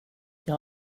jag